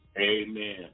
Amen